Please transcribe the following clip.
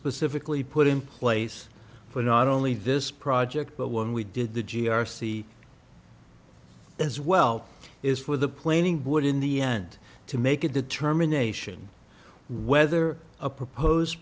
specifically put in place for not only this project but one we did the g r see as well is for the planing board in the end to make a determination whether a propose